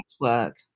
work